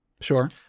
Sure